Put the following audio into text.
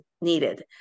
needed